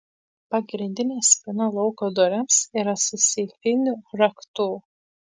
pagrindinė spyna lauko durims yra su seifiniu raktu